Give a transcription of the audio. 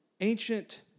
ancient